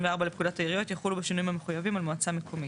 לפקודת העיריות יחולו בשינויים המחויבים על מעוצה מקומית".